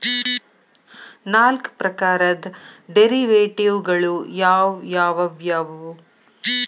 ನಾಲ್ಕ್ ಪ್ರಕಾರದ್ ಡೆರಿವೆಟಿವ್ ಗಳು ಯಾವ್ ಯಾವವ್ಯಾವು?